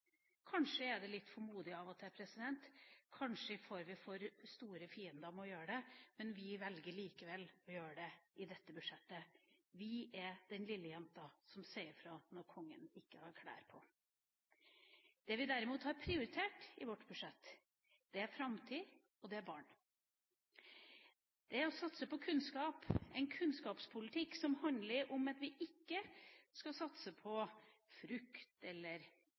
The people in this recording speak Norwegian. Kanskje er det litt for modig av og til, kanskje får vi for store fiender gjennom å gjøre det, men vi velger likevel å gjøre det i dette budsjettet. Vi er den lille jenta som sier fra når keiseren ikke har klær på. Det vi derimot har prioritert i vårt budsjett, er framtid og barn. Det er å satse på en kunnskapspolitikk som handler om at vi ikke skal satse på frukt, kultur vi ikke helt vet hvem skal nå fram til, eller